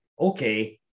okay